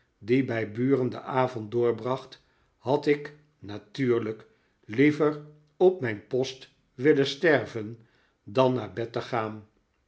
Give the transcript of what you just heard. die bij buren den avond doorbracht had ik natuurlijk liever op mijn post willen sterven dan naar bed te gaan